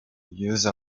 use